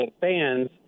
fans